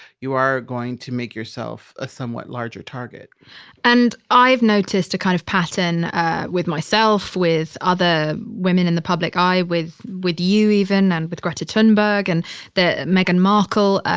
you are going to make yourself a somewhat larger target and i've noticed a kind of pattern ah with myself, with other women in the public eye, with, with you even and with greta thunberg and the, meghan markle.